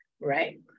Right